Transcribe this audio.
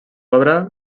obra